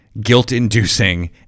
guilt-inducing